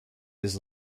his